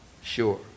Sure